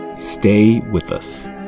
stay with us